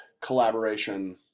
collaboration